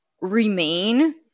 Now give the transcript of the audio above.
remain